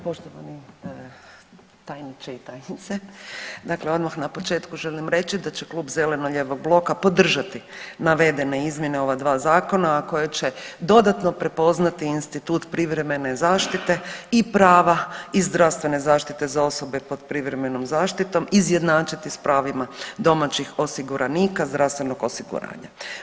Poštovani tajniče i tajnice, dakle odmah na početku želim reći da će Klub zeleno-lijevog bloka podržati navedene izmjene ova dva zakona, a koje će dodatno prepoznati institut privremene zaštite i prava i zdravstvene zaštite za osobe pod privremenom zaštitom i izjednačiti s pravima domaćih osiguranika zdravstvenog osiguranja.